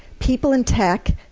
people in tech,